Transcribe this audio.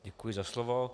Děkuji za slovo.